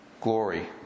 glory